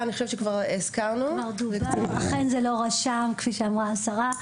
זה אכן לא רשם, כפי שאמרה השרה.